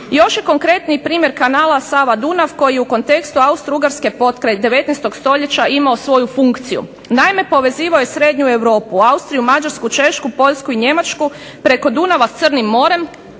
"Još je konkretniji primjer kanala Sava-Dunav koji je u kontekstu Austrougarske potkraj 19. stoljeća imao svoju funkciju, naime povezivao je srednju Europu, Austriju, Mađarsku, Češku, Poljsku i Njemačku preko Dunava s Crnim morem